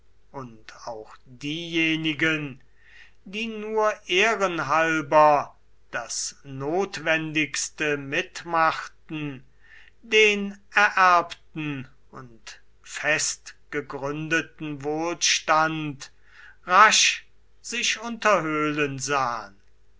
und auch diejenigen die nur ehren halber das notwendigste mitmachten den ererbten und festgegründeten wohlstand rasch sich unterhöhlen sahen